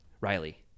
Riley